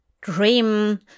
Dream